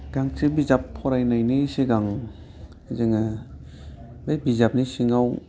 गांसे बिजाब फरायनायनि सिगां जोङो बे बिजाबनि सिङाव